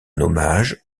hommage